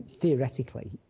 theoretically